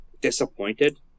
disappointed